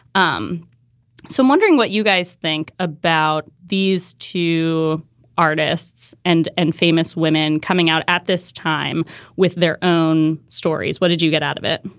um so i'm wondering what you guys think about these two artists and and famous women coming out at this time with their own stories. what did you get out of it?